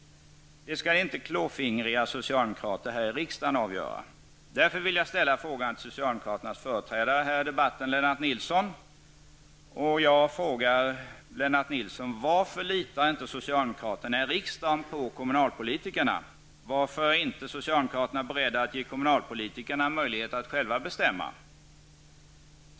Det skall inte klåfingriga socialdemokrater här i riksdagen avgöra. Därför vill jag ställa frågan till socialdemokraternas företrädare här i debatten, Lennart Nilsson: Varför litar inte socialdemokraterna i riksdagen på kommunalpolitikerna? Varför är inte socialdemokraterna beredda att ge kommunalpolitikerna möjlighet att själva bestämma?